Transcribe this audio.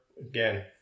again